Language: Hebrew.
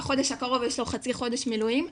בחודש הקרוב יש לו חצי חודש מילואים,